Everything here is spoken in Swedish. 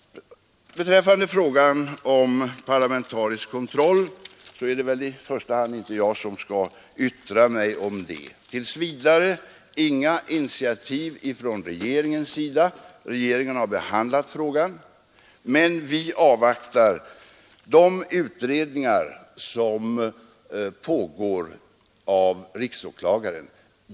Beträffande frågan om parlamentarisk kontroll är det väl inte i första hand jag som skall yttra mig om den. Tills vidare: Inga initiativ från regeringens sida. Regeringen har behandlat frågan, men vi avvaktar de utredningar som pågår och som utförs av riksåklagaren.